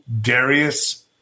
Darius